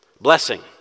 Blessing